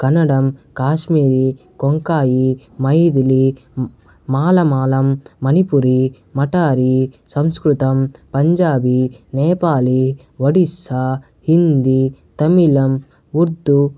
కన్నడం కాశ్మీరి కొంకాయి మైథీలి మాలమాలం మనిపురి మటారి సంస్కృతం పంజాబీ నేపాలి ఒడిస్సా హిందీ తమిళం ఉర్దూ